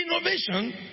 Innovation